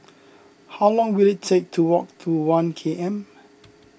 how long will it take to walk to one K M